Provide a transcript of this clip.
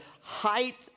height